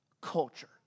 culture